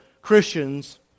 Christians